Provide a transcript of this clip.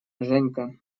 женька